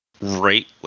right